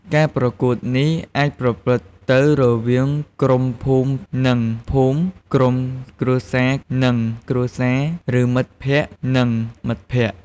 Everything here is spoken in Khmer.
ការប្រកួតទាំងនេះអាចប្រព្រឹត្តទៅរវាងក្រុមភូមិនិងភូមិ ក្រុមគ្រួសារនិងគ្រួសារ ឬមិត្តភក្តិនិងមិត្តភក្តិ។